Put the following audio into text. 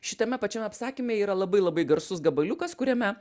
šitame pačiame apsakyme yra labai labai garsus gabaliukas kuriame